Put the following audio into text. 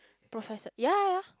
organiser ya ya ya